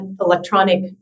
Electronic